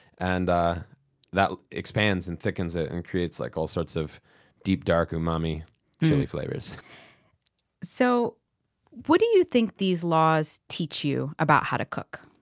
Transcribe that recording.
and ah that expands, and thickens it and creates like all sorts of deep, dark, umami chili flavors so what do you think these laws teach you about how to cook?